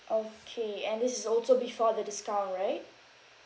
okay and this is also before the discount right